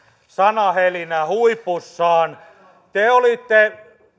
sanahelinä huipussaan te olitte